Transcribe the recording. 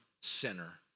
sinner